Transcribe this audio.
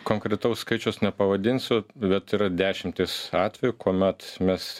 konkretaus skaičiaus nepavadinsiu bet yra dešimtys atvejų kuomet mes